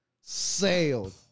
sailed